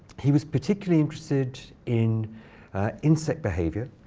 he was particularly interested in insect behavior.